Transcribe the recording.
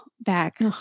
back